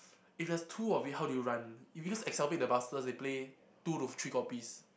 if there's two of it how do you run if you use the Excel blade the busters they play two to three copies